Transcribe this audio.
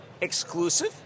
exclusive